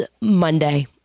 Monday